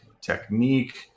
technique